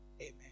Amen